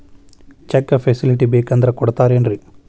Check facility ಬೇಕಂದ್ರ ಕೊಡ್ತಾರೇನ್ರಿ?